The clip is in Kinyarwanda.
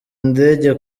ndenge